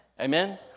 Amen